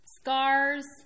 scars